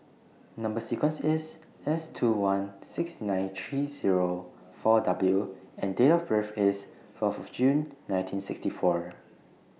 Number sequence IS S two one six nine three Zero four W and Date of birth IS Fourth June nineteen sixty four